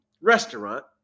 restaurant